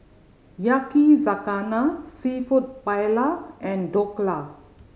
Yakizakana Seafood Paella and Dhokla